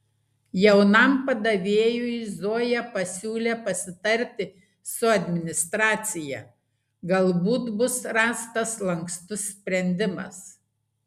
jaunam padavėjui zoja pasiūlė pasitarti su administracija galbūt bus rastas lankstus sprendimas